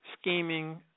scheming